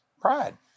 pride